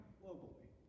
globally